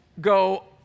go